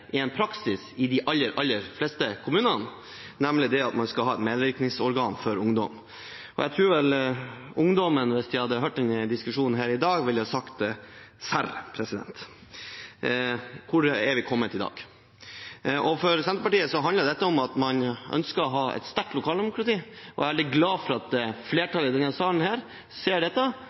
praksis i de aller, aller fleste kommuner, nemlig at man skal ha et medvirkningsorgan for ungdom. Jeg tror vel ungdommen, hvis de hadde hørt denne diskusjonen her i dag, ville ha sagt: Serr – hvor er vi kommet i dag? For Senterpartiet handler dette om at man ønsker å ha et sterkt lokaldemokrati, og jeg er veldig glad for at flertallet i denne salen ser dette